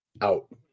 Out